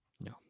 No